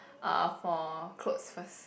uh for clothes first